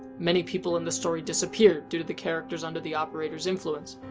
many people in the story disappear due to the characters under the operator's influence.